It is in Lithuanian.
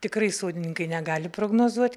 tikrai sodininkai negali prognozuot